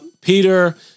Peter